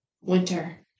Winter